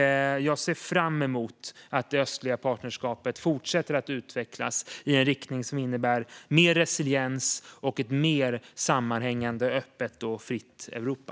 Jag ser fram emot att det östliga partnerskapet fortsätter att utvecklas i en riktning som innebär mer resiliens och ett mer sammanhängande, öppet och fritt Europa.